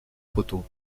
photos